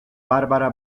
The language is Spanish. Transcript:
barbara